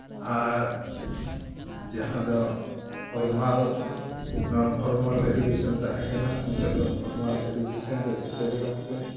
ᱟᱨ ᱡᱟᱦᱟᱸ ᱫᱚ formal non formal education ᱛᱟᱦᱮᱸ ᱠᱟᱱᱟ ᱱᱤᱛᱚᱜ ᱫᱚ ᱯᱷᱚᱨᱢᱟᱞ ᱮᱰᱩᱠᱮᱥᱚᱱ ᱨᱮ ᱥᱮᱴᱮᱨ ᱟᱠᱟᱱᱛᱮ